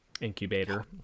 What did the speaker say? incubator